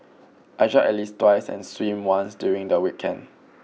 I jog at least twice and swim once during the weekend